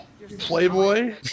Playboy